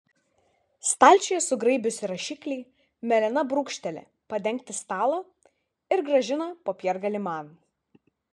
stalčiuje sugraibiusi rašiklį melena brūkšteli padengti stalą ir grąžina popiergalį man